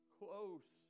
close